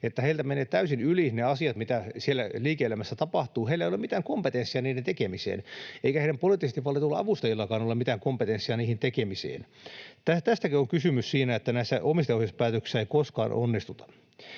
että heiltä menevät täysin yli ne asiat, mitä siellä liike-elämässä tapahtuu, heillä ei ole mitään kompetenssia niiden tekemiseen eikä heidän poliittisesti valituilla avustajillakaan ole mitään kompetenssia niiden tekemiseen? Tästäkö on kysymys siinä, että näissä omistajaohjauspäätöksissä ei koskaan onnistuta?